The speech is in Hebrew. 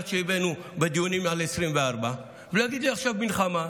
שהבאנו בדיונים על 2024 ולהגיד: עכשיו מלחמה,